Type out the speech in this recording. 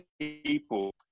people